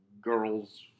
girls